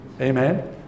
amen